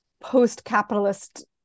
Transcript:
post-capitalist